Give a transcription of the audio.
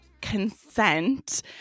consent